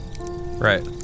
Right